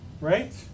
Right